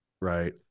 right